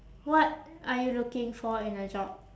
what are you looking for in a job